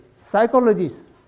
psychologists